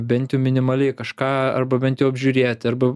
bent jau minimaliai kažką arba bent jau apžiūrėti arba